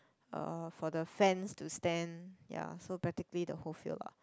um for the fans to stand ya so practically the whole field lah